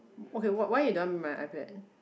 okay why why you don't want my iPad